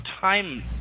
time